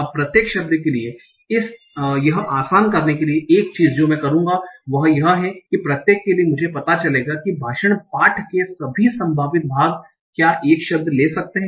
अब प्रत्येक शब्द के लिए यह आसान करने के लिए एक चीज जो मैं करूंगा वह यह है कि प्रत्येक के लिए मुझे पता चलेगा कि भाषण पाठ के सभी संभावित भाग क्या एक शब्द ले सकते हैं